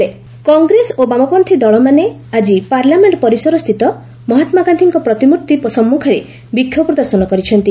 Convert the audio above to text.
left Congress protest Congress ଓ ବାମପନ୍ଥୀ ଦଳମାନେ ଆଜି ପାର୍ଲାମେଣ୍ଟ ପରିସରସ୍ଥିତ ମହାତ୍ମାଗାନ୍ଧୀଙ୍କ ପ୍ରତିମୂର୍ତ୍ତି ସମ୍ମୁଖରେ ବିକ୍ଷୋଭ ପ୍ରଦର୍ଶନ କରିଛନ୍ତି